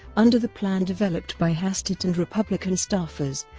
under the plan developed by hastert and republican staffers,